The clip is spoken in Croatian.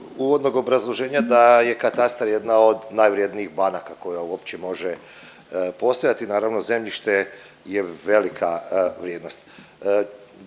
uvodnog obrazloženja da je katastar jedna od najvrijednijih banaka koja uopće može postojati. Naravno zemljište je velika vrijednost.